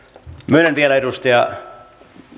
myönnän vielä edustaja